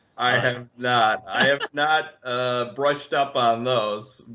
i have not. i have not ah brushed up on those.